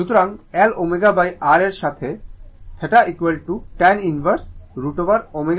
সুতরাং L ω R এর অর্থ θ tan ইনভার্স √ωL R